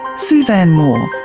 suzanne moore,